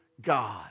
God